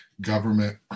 government